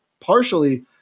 Partially